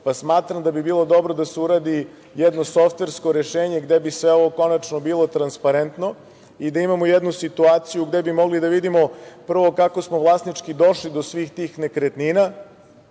slično. Smatram da bi bilo dobro da se uradi jedno softversko rešenje gde bi sve ovo konačno bilo transparentno i da imamo jednu situaciju gde bi mogli da vidimo prvo kako smo vlasnički došli do svih tih nekretnina,